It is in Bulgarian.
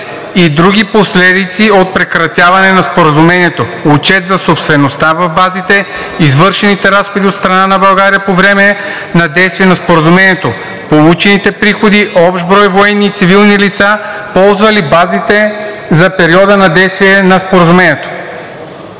и други последици от прекратяване на споразумението, отчет за собствеността в базите, извършените разходи от страна на България по време на действие на споразумението, получените приходи, общ брой военни и цивилни лица, ползвали базите за периода на действие на споразумението.“